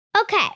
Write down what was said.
Okay